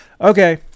Okay